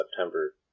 September